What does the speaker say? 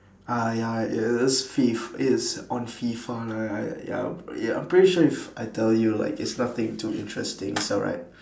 ah ya it it's fif~ it is on fifa ya ya I'm pretty sure if I tell you like it's nothing too interesting it's alright